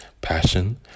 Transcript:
passion